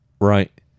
Right